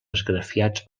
esgrafiats